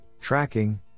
tracking